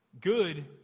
good